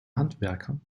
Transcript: handwerker